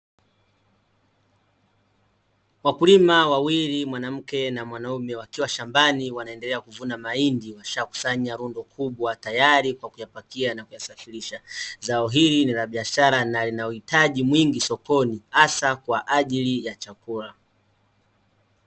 Wakulima wawili mwanamke na mwanaume, wakiwa shambani wanaendelea kuvuna mahindi, wameshakusanya rundo kubwa tayari kwa kuyapakia na kuyasafirisha. Zao hili ni la biashara na lina uhitaji mwingi sokoni hasa kwaajili ya chakula.